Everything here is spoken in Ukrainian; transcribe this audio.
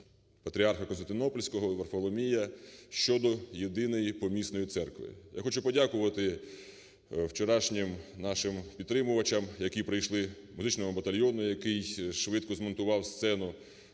Патріарха Константинопольського Варфоломія щодо Єдиної Помісної Церкви. Я хочу подякувати вчорашнім нашим підтримувачам, які прийшли6 музичного батальйону, який швидко змонтував сцену,